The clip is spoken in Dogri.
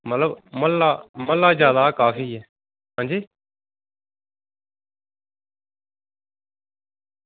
ते मतलब म्हल्ला जादा गै काफी ऐ